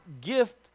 gift